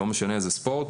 לא משנה איזה ספורט,